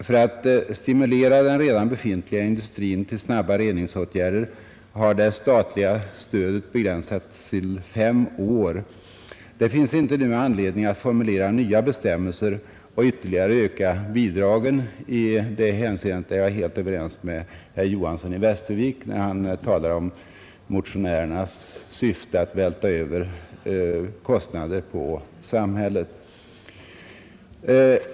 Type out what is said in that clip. För att stimulera den redan befintliga industrin till att snabbt vidtaga reningsåtgärder har det statliga stödet begränsats till fem år. Det finns inte nu anledning att formulera nya bestämmelser och ytterligare öka bidragen — i det hänseendet är jag helt överens med herr Johanson i Västervik när han talar om motionärernas syfte att vältra över kostnader på samhället.